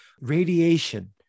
radiation